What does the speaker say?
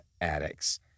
addicts